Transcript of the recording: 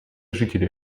жители